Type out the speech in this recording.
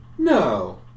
No